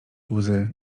łzy